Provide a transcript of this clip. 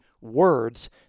words